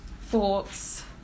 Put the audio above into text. thoughts